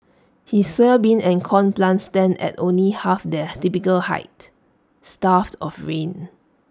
his soybean and corn plants stand at only half their typical height starved of rain